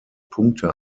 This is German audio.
punkte